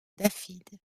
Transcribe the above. dafydd